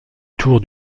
tour